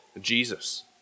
Jesus